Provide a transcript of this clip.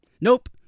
Nope